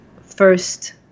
first